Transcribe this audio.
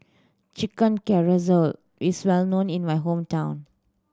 Chicken Casserole is well known in my hometown